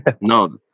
No